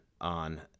on